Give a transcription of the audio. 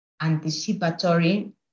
anticipatory